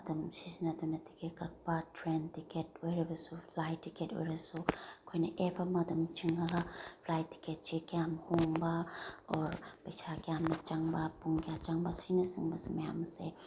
ꯑꯗꯨꯝ ꯁꯤꯖꯤꯟꯅꯗꯨꯅ ꯇꯤꯀꯦꯠ ꯀꯛꯄ ꯇ꯭ꯔꯦꯟ ꯇꯤꯀꯦꯠ ꯑꯣꯏꯔꯒꯁꯨ ꯐ꯭ꯂꯥꯏꯠ ꯇꯤꯀꯦꯠ ꯑꯣꯏꯔꯁꯨ ꯑꯩꯈꯣꯏꯅ ꯑꯦꯞ ꯑꯃ ꯑꯗꯨꯝ ꯆꯤꯡꯉꯒ ꯐ꯭ꯂꯥꯏꯠ ꯇꯤꯀꯦꯠꯁꯦ ꯀꯌꯥꯝ ꯍꯣꯡꯕ ꯑꯣꯔ ꯄꯩꯁꯥ ꯀꯌꯥꯝꯅ ꯆꯪꯕ ꯄꯨꯡ ꯀꯌꯥ ꯆꯪꯕ ꯁꯤꯅꯆꯤꯡꯕꯁꯨ ꯃꯌꯥꯝ ꯑꯁꯦ